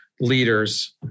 leaders